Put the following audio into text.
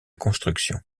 construction